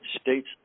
States